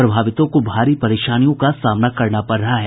प्रभावितों को भारी परेशानियों का सामना करना पड़ रहा है